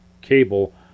cable